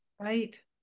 Right